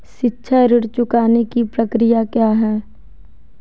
शिक्षा ऋण चुकाने की प्रक्रिया क्या है?